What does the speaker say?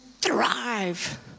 thrive